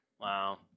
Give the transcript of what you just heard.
Wow